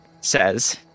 says